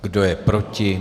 Kdo je proti?